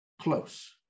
close